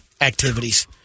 activities